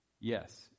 yes